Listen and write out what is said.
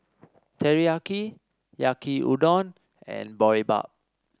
Teriyaki Yaki Udon and Boribap